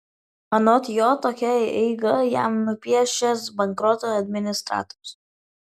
anot jo tokią eigą jam nupiešęs bankroto administratorius